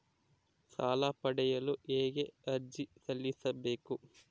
ಸಾಲ ಪಡೆಯಲು ಹೇಗೆ ಅರ್ಜಿ ಸಲ್ಲಿಸಬೇಕು?